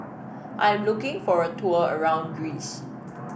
I am looking for a tour around Greece